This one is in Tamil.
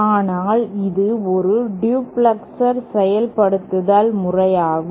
அதனால் இது ஒரு டூப்ளெக்சர் செயல்படுத்தல் முறையாகும்